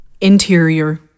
Interior